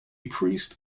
priest